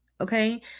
okay